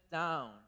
down